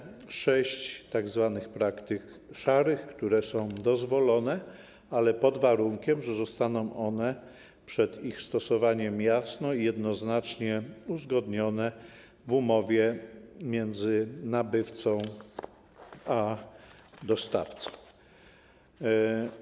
Poza tym jest 6 tzw. praktyk szarych, które są dozwolone, ale pod warunkiem, że zostaną one przed ich stosowaniem jasno i jednoznacznie uzgodnione w umowie między nabywcą a dostawcą.